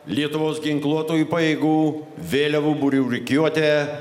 lietuvos ginkluotųjų pajėgų vėliavų būrių rikiuotė